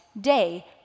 day